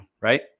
right